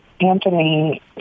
Anthony